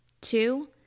Two